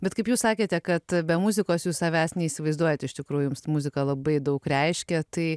bet kaip jūs sakėte kad be muzikos jūs savęs neįsivaizduojat iš tikrųjų muzika labai daug reiškia tai